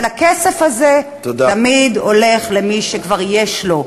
אבל הכסף הזה תמיד הולך למי שכבר יש לו.